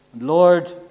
Lord